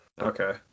Okay